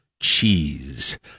cheese